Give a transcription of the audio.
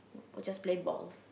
were just play balls